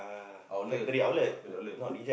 outlet ah pat